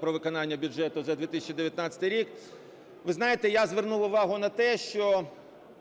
про виконання бюджету за 2019 рік. Ви знаєте, я звернув увагу на те, що